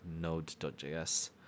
node.js